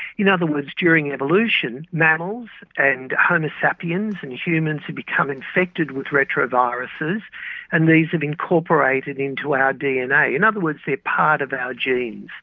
in other words, during evolution, mammals and homo sapiens and humans have become infected with retroviruses and these have incorporated into our dna. in other words, they are part of our genes.